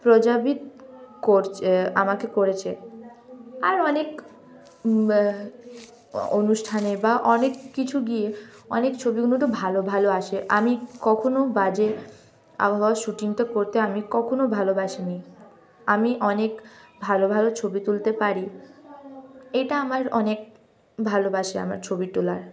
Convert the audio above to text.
প্রভাবিত করচে করছে আমাকে করেছে আর অনেক অনুষ্ঠানে বা অনেক কিছু গিয়ে অনেক ছবিগুলো তো ভালো ভালো আসে আমি কখনও বাজে আবহাওয়ার শ্যুটিং তো করতে আমি কখনও ভালোবাসিনি আমি অনেক ভালো ভালো ছবি তুলতে পারি এটা আমার অনেক ভালোবাসে আমার ছবি তোলা